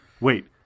wait